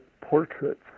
portraits